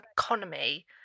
economy